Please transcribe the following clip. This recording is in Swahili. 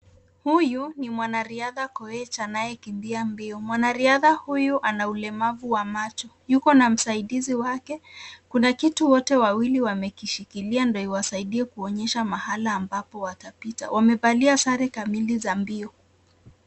Huyu ni mwanarihadha koech anakimbia mbio mwanarihadha huyu anaulemavu ya macho Yuko na msaidisi wake Kuna kitu wote wawili wamekishikilia ndio wasaidie konyeshamahali ambapa watapita wamefaliia sare kamili za mbio.